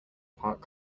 parked